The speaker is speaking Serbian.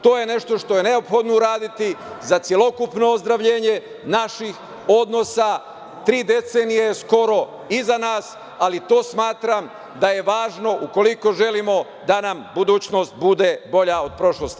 To je nešto što je neophodno uraditi za celokupno ozdravljenje naših odnosa, tri decenije skoro iza nas, ali to smatram da je važno ukoliko želimo da nam budućnost bude bolja od prošlosti.